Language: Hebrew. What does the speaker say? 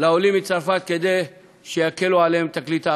לעולים מצרפת כדי שיקלו עליהם את הקליטה.